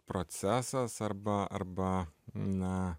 procesas arba arba na